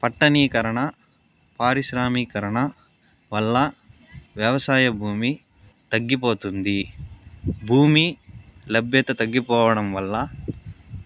పట్టణీకరణ పారిశ్రామికీకరణ వల్ల వ్యవసాయ భూమి తగ్గిపోతుంది భూమి లభ్యత తగ్గిపోవడం వల్ల